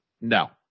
No